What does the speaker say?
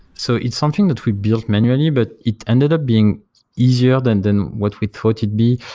so it's something that we built manually, but it ended up being easier than than what we thought it be.